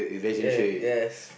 ya yes